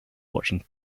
watching